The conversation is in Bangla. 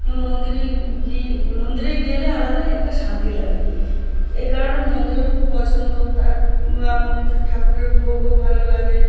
মন্দিরে গিয়ে মন্দিরে গেলে আলাদাই একটা শান্তি লাগে এই কারণে মন্দিরও খুব পছন্দ আর মন্দির ঠাকুরের ভোগও ভালো লাগে